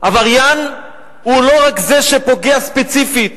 עבריין הוא לא רק זה שפוגע ספציפית,